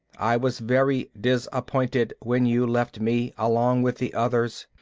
i was very disappointed when you left me, along with the others.